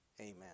Amen